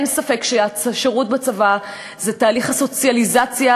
אין ספק שהשירות בצבא הוא תהליך הסוציאליזציה